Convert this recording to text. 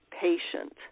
patient